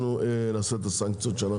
נעשה את הסנקציות שדיברנו עליהן.